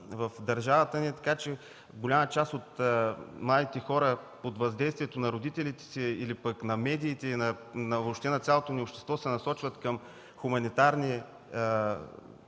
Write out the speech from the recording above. в държавата ни се получава така, че голяма част от младите хора под въздействието на родителите си или пък на медиите, въобще на цялото ни общество се насочват към хуманитарни